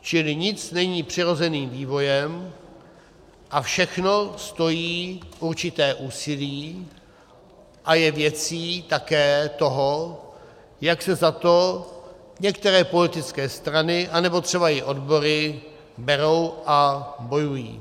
Čili nic není přirozeným vývojem a všechno stojí určité úsilí a je věcí také toho, jak se za to některé politické strany anebo třeba i odbory berou a bojují.